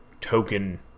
token